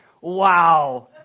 wow